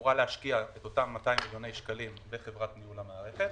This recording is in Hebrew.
אמורה להשקיע את אותם 200 מיליון שקלים בחברת ניהול המערכת.